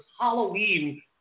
Halloween